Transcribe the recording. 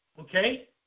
okay